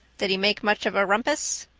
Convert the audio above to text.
did he make much of a rumpus?